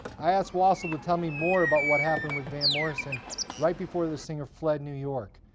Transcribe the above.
i asked wassel to tell me more about what happened with van morrison right before the singer fled new york.